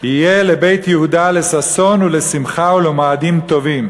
"יהיה לבית יהודה לששון ולשמחה ולמעדים טובים